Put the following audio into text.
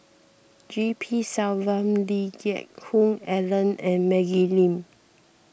G P Selvam Lee Geck Hoon Ellen and Maggie Lim